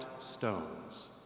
stones